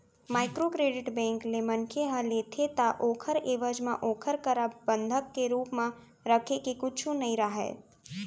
micro credit bank ले मनखे ह लेथे ता ओखर एवज म ओखर करा बंधक के रुप म रखे के कुछु नइ राहय